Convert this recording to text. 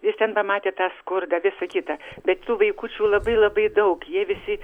jis ten pamatė tą skurdą visa kita bet tų vaikučių labai labai daug jie visi